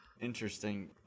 Interesting